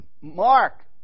Mark